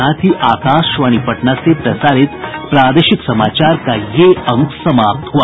इसके साथ ही आकाशवाणी पटना से प्रसारित प्रादेशिक समाचार का ये अंक समाप्त हुआ